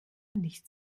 nicht